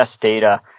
data